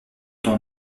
dont